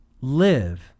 live